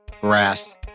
grass